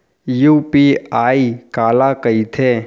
UPI काला कहिथे?